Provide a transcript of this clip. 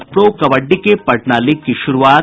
और प्रो कबड्डी के पटना लीग की शुरूआत